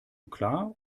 klar